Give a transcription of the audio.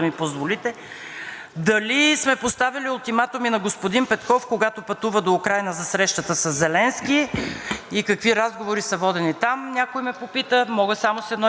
и какви разговори са водени там, някой ме попита. Мога само с едно изречение да Ви припомня, защото се забравят тези неща. Ние отказахме да участваме в тази делегация,